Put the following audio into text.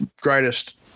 greatest